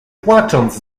płacząc